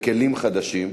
בכלים חדשים.